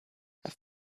have